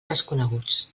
desconeguts